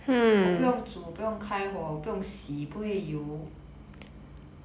我不用煮不用开火我不用洗不会油